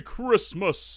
Christmas